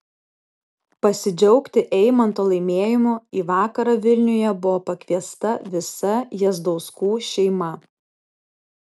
pasidžiaugti eimanto laimėjimu į vakarą vilniuje buvo pakviesta visa jazdauskų šeima